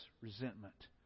resentment